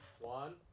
one